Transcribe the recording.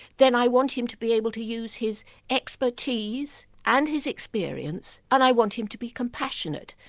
then i want him to be able to use his expertise and his experience and i want him to be compassionate,